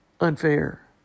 unfair